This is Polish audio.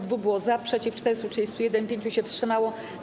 2 było za, przeciw - 431, 5 się wstrzymało.